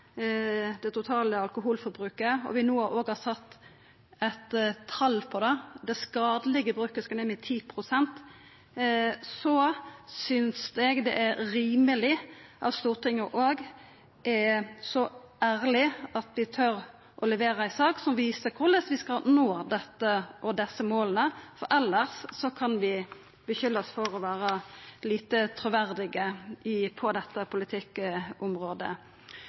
det totale alkoholforbruket, og vi no har sett eit tal på det – den skadelege bruken skal ned med 10 pst. – synest eg det er rimeleg at Stortinget er så ærleg at vi tør å levera ei sak som viser korleis vi skal nå desse måla, elles kan vi verta skulda for å vera lite truverdige på dette politikkområdet.